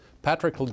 Patrick